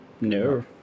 No